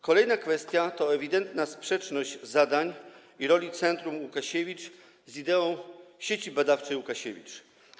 Kolejna kwestia to ewidentna sprzeczność zadań i roli Centrum Łukasiewicz z ideą Sieci Badawczej Łukasiewicz.